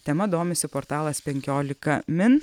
tema domisi portalas penkiolika min